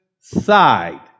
side